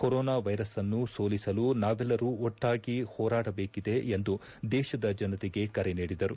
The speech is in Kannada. ಕೊರೋನಾ ವೈರಸ್ನ್ನು ಸೋಲಿಸಲು ನಾವೆಲ್ಲರು ಒಟ್ಟಾಗಿ ಹೋರಾಡಬೇಕಿದೆ ಎಂದು ದೇಶದ ಜನತೆಗೆ ಕರೆ ನೀಡಿದರು